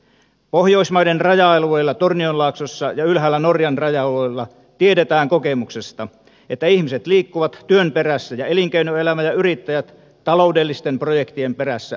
pohjoismaiden raja alueilla tornionlaaksossa ja ylhäällä norjan raja alueilla tiedetään kokemuksesta että ihmiset liikkuvat työn perässä ja elinkeinoelämä ja yrittäjät taloudellisten projektien perässä yli rajojen